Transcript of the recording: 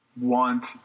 want